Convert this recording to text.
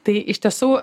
tai iš tiesų